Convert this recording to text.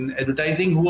advertising